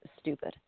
stupid